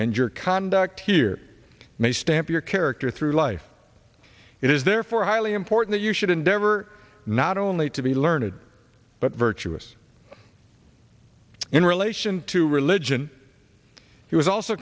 your conduct here may stamp your character through life it is therefore highly important you should endeavor not only to be learned but virtuous in relation to religion he was also